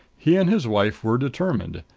he and his wife were determined.